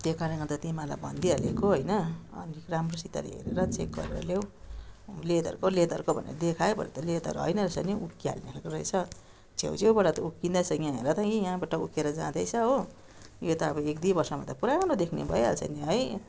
त्यो कारणले गर्दा तिमीहरूलाई भनिदिइ हालेको होइन अलिक राम्रोसितले हेरेर चेक गरेर ल्याउ लेदरको लेदरको भनेर देखायो भरे त लेदर होइन रहेछ नि उक्कि हाल्ने खालको रहेछ छेउछेउबाट त उक्किन्दैछ यहाँ हेर त यी यहाँबाट उक्केर जाँदैछ हो यो त अब एकदुई वर्षमा त पुरानो देख्ने भइहाल्छ नि है